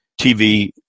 TV